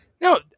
no